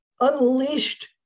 unleashed